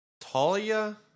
Talia